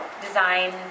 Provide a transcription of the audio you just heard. Design